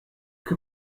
que